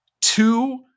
two